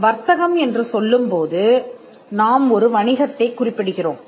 வர்த்தகம் என்று சொல்லும்போது நாம் ஒரு வணிகத்தைக் குறிப்பிடுகிறோம்